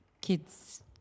kids